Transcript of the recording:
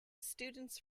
students